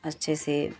अच्छे से